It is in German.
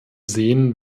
sehen